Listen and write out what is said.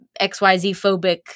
XYZ-phobic